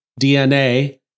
DNA